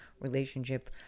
relationship